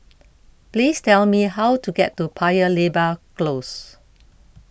please tell me how to get to Paya Lebar Close